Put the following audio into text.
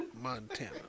Montana